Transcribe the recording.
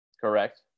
Correct